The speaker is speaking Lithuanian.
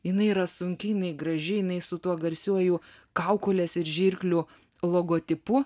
jinai yra sunki jinai graži jinai su tuo garsiuoju kaukolės ir žirklių logotipu